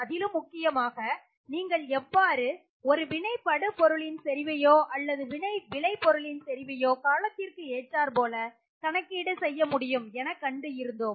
அதிலும் முக்கியமாக நீங்கள் எவ்வாறு ஒரு வினைபடு பொருளின் செறிவையோ அல்லது வினைவிளை பொருளின் செறிவையோ காலத்திற்கு ஏற்றார்போல் கணக்கீடு செய்ய முடியும் என கண்டு இருந்தோம்